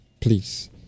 please